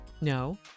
No